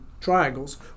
triangles